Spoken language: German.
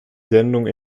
sendung